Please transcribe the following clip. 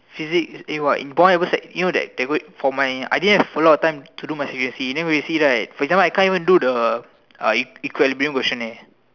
physic it what in sec you know that they got for my I didn't have a lot of time to do my C_V_A_C then V_A_C right for example I can't even do the uh eq~ equilibrium question eh